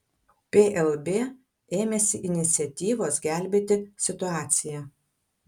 plb ėmėsi iniciatyvos gelbėti situaciją